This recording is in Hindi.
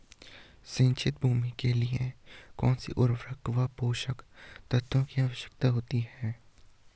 सिंचित भूमि के लिए कौन सी उर्वरक व पोषक तत्वों की आवश्यकता होती है?